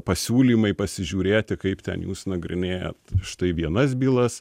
pasiūlymai pasižiūrėti kaip ten jūs nagrinėjat štai vienas bylas